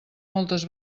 moltes